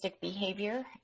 behavior